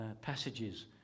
passages